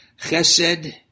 Chesed